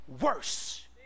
worse